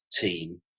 team